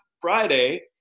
Friday